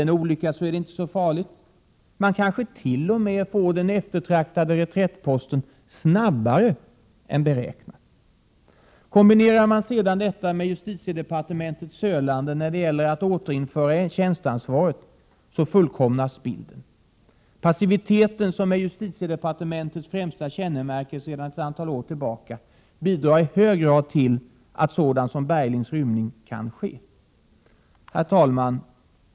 Händer en olycka är det inte så farligt, man kanske t.o.m. får 2 juni 1988 Kombinerar man sedan detta med justitiedepartementets sölande när det St EE A FRE å a «— rådens tjänsteutövning gäller att återinföra tjänsteansvaret så fullkomnas bilden. Passiviteten som är FR justitiedepartementets främsta kännemärke sedan ett antal år tillbaka bidrar i hög grad till att sådant som Berglings rymning kan ske. Herr talman!